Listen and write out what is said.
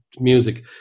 music